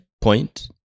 point